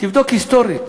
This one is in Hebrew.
תבדוק היסטורית.